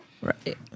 Right